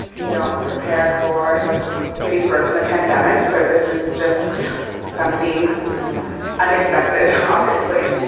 you don't prepare for giving birth in a pandemic. so, this is just something unexpected, obviously.